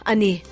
Ani